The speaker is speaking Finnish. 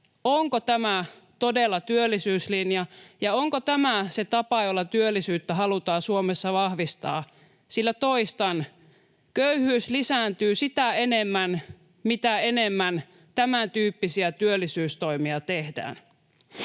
onko tämä todella työllisyyslinja ja onko tämä se tapa, jolla työllisyyttä halutaan Suomessa vahvistaa, sillä toistan: köyhyys lisääntyy sitä enemmän, mitä enemmän tämäntyyppisiä työllisyystoimia tehdään.